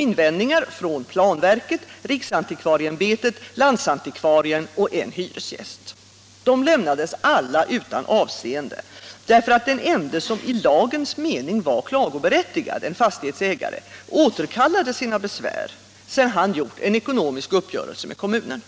Invändningar kom från planverket, riksantikvarieämbetet, landsantikvarien och en hyresgäst. De lämnades alla utan avseende, därför att den ende som i lagens mening var klagoberättigad — en fastighetsägare — återkallade sina besvär, sedan han träffat en ekonomisk uppgörelse med kommunen.